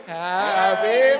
happy